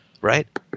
right